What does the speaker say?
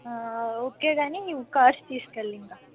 okay కానీ cards తీసుకెళ్ళింక